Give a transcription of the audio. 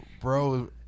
Bro